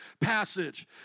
passage